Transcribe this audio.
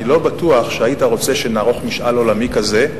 אני לא בטוח שהיית רוצה שנערוך משאל עולמי כזה,